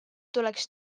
tuleks